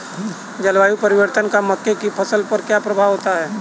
जलवायु परिवर्तन का मक्के की फसल पर क्या प्रभाव होगा?